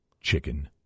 chicken